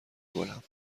گلم